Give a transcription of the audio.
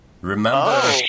Remember